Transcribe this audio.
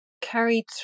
carried